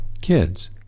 kids